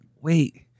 wait